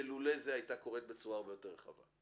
שבלי זה הייתה קורית בצורה הרבה יותר רחבה.